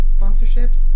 Sponsorships